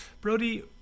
Brody